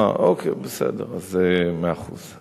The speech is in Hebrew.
אוקיי, בסדר, אז מאה אחוז.